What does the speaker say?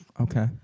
Okay